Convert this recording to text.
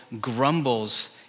grumbles